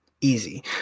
Easy